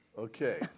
Okay